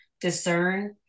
discern